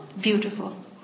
beautiful